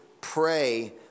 Pray